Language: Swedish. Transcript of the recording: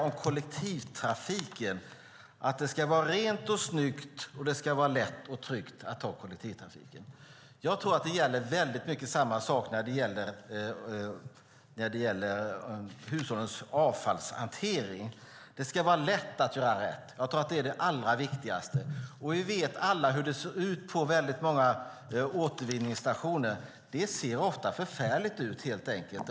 Om kollektivtrafiken brukar jag säga att det ska vara rent och snyggt och att det ska vara lätt och tryggt att ha kollektivtrafik. När det gäller hushållens avfall är det till stor del samma sak. Det ska vara lätt att göra rätt. Det är det allra viktigaste. Vi vet alla hur det ser ut på många återvinningsstationer. Det ser ofta förfärligt ut helt enkelt.